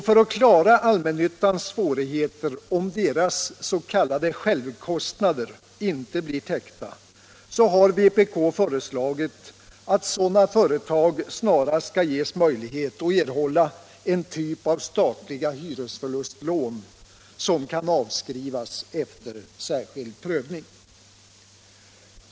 För att klara allmännyttans svårigheter om deras s.k. självkostnader inte blir täckta har vpk föreslagit att sådana företag snarast skall ges möjlighet att erhålla en typ av statliga hyresförlustlån som kan avskrivas efter särskild prövning.